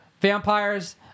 vampires